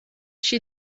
she